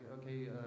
okay